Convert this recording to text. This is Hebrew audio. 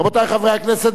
רבותי חברי הכנסת,